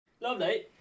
Lovely